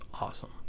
awesome